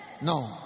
No